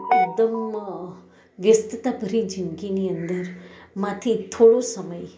એકદમ વ્યસ્તતા ભરી જિંદગીની અંદર માંથી થોડો સમય